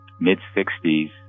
mid-60s